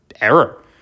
error